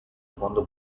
fondo